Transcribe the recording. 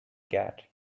cat